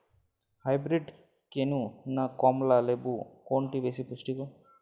Hybrid কেনু না কমলা লেবু কোনটি বেশি পুষ্টিকর?